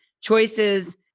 choices